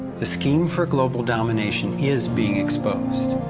the scheme for global domination is being exposed.